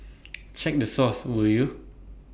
check the source will you